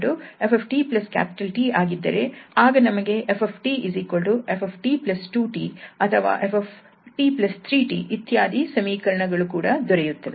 ಹಾಗಾಗಿ 𝑓𝑡 𝑓𝑡 𝑇 ಆಗಿದ್ದರೆ ಆಗ ನಮಗೆ 𝑓𝑡 𝑓𝑡 2𝑇 ಅಥವಾ 𝑓𝑡 23𝑇 ಇತ್ಯಾದಿ ಸಮೀಕರಣಗಳು ಕೂಡ ದೊರೆಯುತ್ತವೆ